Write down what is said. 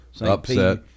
Upset